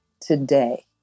Today